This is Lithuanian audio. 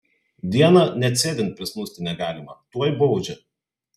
dieną net sėdint prisnūsti negalima tuoj baudžia